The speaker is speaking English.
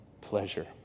pleasure